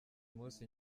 munsi